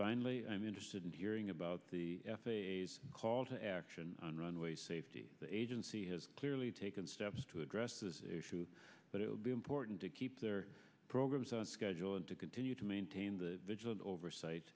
finally i'm interested in hearing about the f a s call to action on runway safety the agency has clearly taken steps to address this issue but it will be important to keep their programs on schedule and to continue to maintain the vigilant oversight